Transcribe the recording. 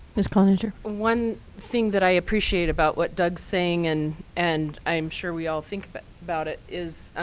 ms. cloninger. one thing that i appreciate about what doug's saying, and and i'm sure we all think but about it, is